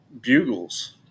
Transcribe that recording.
bugles